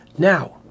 Now